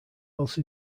else